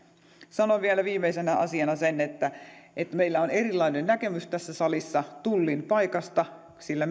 sanon vielä viimeisenä asiana sen että että meillä on erilainen näkemys tässä salissa tullin paikasta sillä